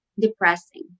depressing